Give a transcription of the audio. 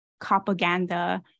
propaganda